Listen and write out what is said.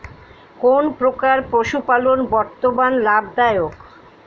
কোন প্রকার পশুপালন বর্তমান লাভ দায়ক?